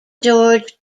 george